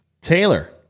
Taylor